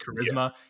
charisma